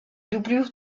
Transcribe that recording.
doublure